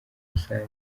rusange